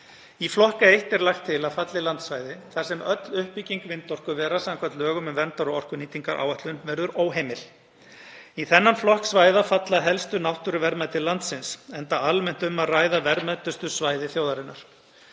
Í flokk 1 er lagt til að falli landsvæði þar sem öll uppbygging vindorkuvera, samkvæmt lögum um verndar- og orkunýtingaráætlun, verður óheimil. Í þennan flokk svæða falla helstu náttúruverðmæti landsins enda almennt um að ræða verðmætustu svæði þjóðarinnar.